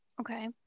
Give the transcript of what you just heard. Okay